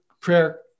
prayer